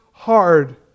hard